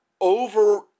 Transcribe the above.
over